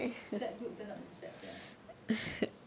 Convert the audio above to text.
sad dude 真的很 sad sia